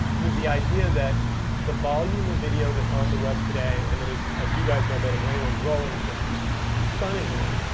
with the idea that the volume of video that's on the web today, and that is as you guys know better than anyone growing just stunningly,